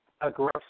aggressive